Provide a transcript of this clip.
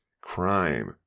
crime